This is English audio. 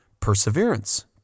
perseverance